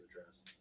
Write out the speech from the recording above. address